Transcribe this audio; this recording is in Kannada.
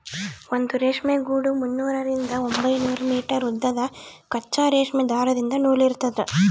ಒಂದು ರೇಷ್ಮೆ ಗೂಡು ಮುನ್ನೂರರಿಂದ ಒಂಬೈನೂರು ಮೀಟರ್ ಉದ್ದದ ಕಚ್ಚಾ ರೇಷ್ಮೆ ದಾರದಿಂದ ನೂಲಿರ್ತದ